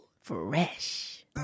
Fresh